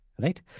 right